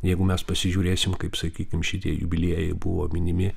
jeigu mes pasižiūrėsim kaip sakykim šitie jubiliejai buvo minimi